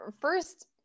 First